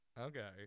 Okay